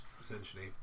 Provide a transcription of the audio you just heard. essentially